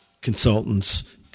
consultants